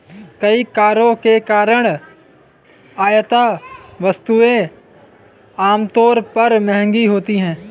कई करों के कारण आयात वस्तुएं आमतौर पर महंगी होती हैं